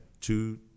two